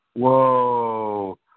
whoa